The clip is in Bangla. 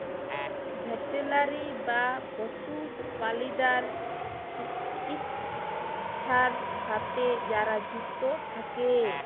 ভেটেলারি বা পশু প্রালিদ্যার চিকিৎছার সাথে যারা যুক্ত থাক্যে